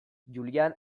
julian